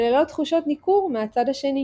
וללא תחושת ניכור, מהצד השני.